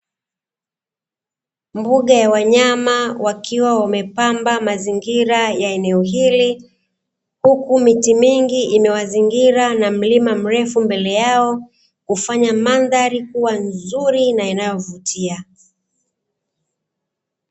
Mbuga ya wanyama wakiwa wamepamba mazingira ya eneo hili, huku miti mingi imewazingira na mlima mrefu mbele yao kufanya mandhari kuwa nzuri na inayovutia.